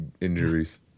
injuries